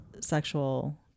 sexual